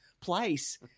place